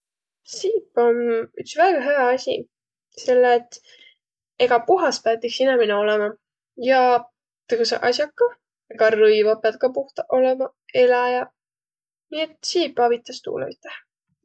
Siip om üts väega hää asi, selle et egaq puhas piät iks inemine olõma. Ja tõõsõq as'aq kah. Egaq rõivaq piät ka puhtaq olõma. Eläjäq. Nii et siip avitas tuulõ üteh.